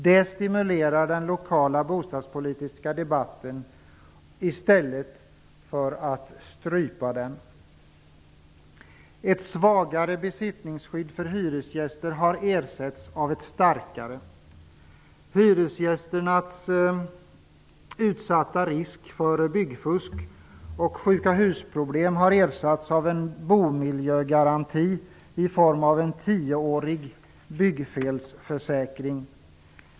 Det stimulerar den lokala bostadspolitiska debatten i stället för att strypa den. Ett svagare besittningsskydd för hyresgäster har ersatts av ett starkare. Hyresgästernas utsatthet på grund av risk för byggfusk och sjuka-hus-problem har motverkats av en bomiljögaranti i form av en tioårig byggfelsförsäkring.